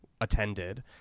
attended